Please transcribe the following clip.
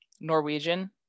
Norwegian